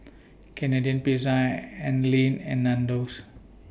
Canadian Pizza Anlene and Nandos